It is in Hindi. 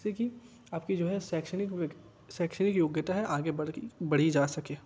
जिससे कि आपकी जो है शैक्षणिक शैक्षणिक योग्यता है आगे बढ़ गई बढ़ी जा सके